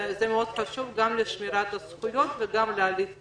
זה חשוב מאוד גם לשמירת הזכויות וגם להליך תקין.